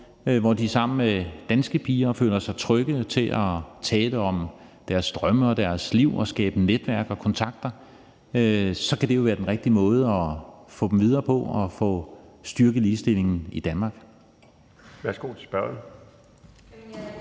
hvor de føler sig trygge ved at tale om deres drømme og deres liv og skabe netværk og kontakter, så kan det jo være den rigtige måde at få dem videre på og få styrket ligestillingen i Danmark.